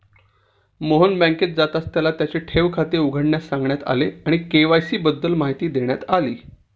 मोहन बँकेत जाताच त्याला त्याचे ठेव खाते उघडण्यास सांगण्यात आले आणि के.वाय.सी बद्दल माहिती देण्यात आली